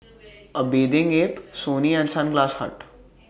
A Bathing Ape Sony and Sunglass Hut